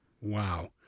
Wow